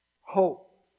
Hope